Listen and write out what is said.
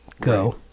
go